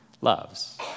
loves